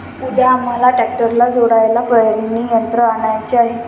उद्या आम्हाला ट्रॅक्टरला जोडायला पेरणी यंत्र आणायचे आहे